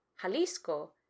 Jalisco